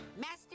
Master